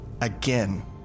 Again